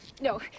No